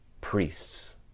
priests